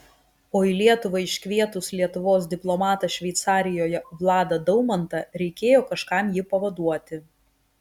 o į lietuvą iškvietus lietuvos diplomatą šveicarijoje vladą daumantą reikėjo kažkam jį pavaduoti